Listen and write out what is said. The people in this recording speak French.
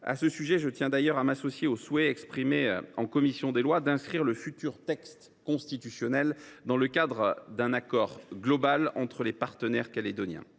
À ce sujet, je tiens d’ailleurs à m’associer au souhait exprimé en commission des lois d’inscrire le futur texte constitutionnel dans le cadre d’un accord global entre les partenaires calédoniens.